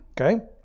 Okay